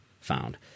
found